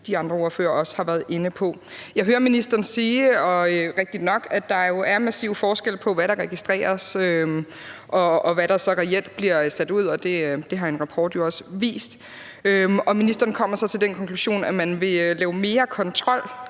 de andre ordførere også har været inde på. Jeg hører ministeren sige, og det er rigtigt nok, at der er massive forskelle på, hvad der registreres, og hvad der så reelt bliver sat ud, og det har en rapport jo også vist. Og ministeren kommer så til den konklusion, at man vil lave mere kontrol